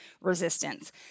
resistance